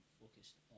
focused